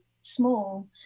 small